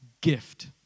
gift